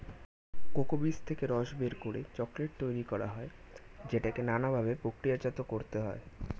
cocoa বীজ থেকে রস বের করে চকোলেট তৈরি করা হয় যেটাকে নানা ভাবে প্রক্রিয়াজাত করতে হয়